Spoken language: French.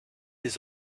les